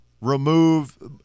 remove –